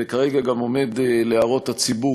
וכרגע גם עומד להערות הציבור,